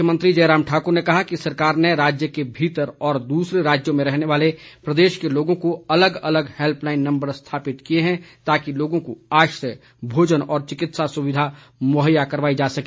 मुख्यमंत्री जयराम ठाक्र ने कहा कि सरकार ने राज्य के भीतर और दूसरे राज्यों में रहने वाले प्रदेश के लोगों को अलग अलग हैल्पलाईन नम्बर स्थापित किए है ताकि लोगों को आश्रय भोजन और चिकित्सा सुविधा मुहैया करवाई जा सके